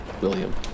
William